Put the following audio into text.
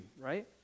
right